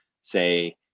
say